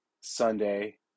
Sunday